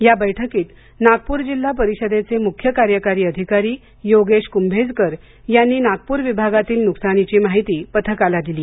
या बैठकीत नागपूर जिल्हा परिषदेच्या मुख्य कार्यकारी अधिकारी योगेश क्भेजकर यांनी नागप्र विभागातील नुकसानाची माहिती पथकाला दिली